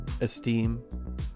esteem